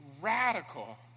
radical